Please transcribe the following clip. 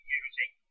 using